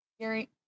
Gary